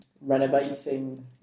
renovating